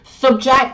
subject